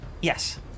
Yes